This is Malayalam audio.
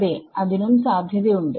അതെ അതിനും സാധ്യത ഉണ്ട്